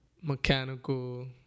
mechanical